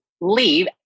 leave